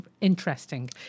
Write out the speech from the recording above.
interesting